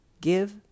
Give